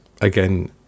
Again